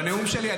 -- בנאום שלי.